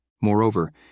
Moreover